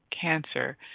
cancer